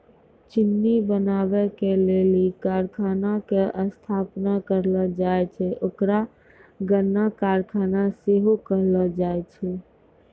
चिन्नी बनाबै के लेली जे कारखाना के स्थापना करलो जाय छै ओकरा गन्ना कारखाना सेहो कहलो जाय छै